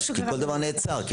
כל דבר נעצר.